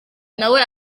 nawe